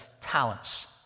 talents